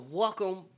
welcome